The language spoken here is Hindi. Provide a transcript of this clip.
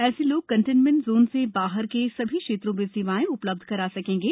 ऐसे लोग कंटेन्मेन्ट जोन से बाहर के सभी क्षेत्रों में सेवाएं उपलब्ध करा सकेंगे